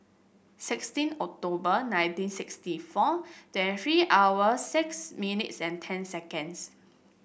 sixteen October nineteen sixty four twenty three hour six minutes and ten seconds